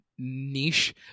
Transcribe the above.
niche